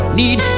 need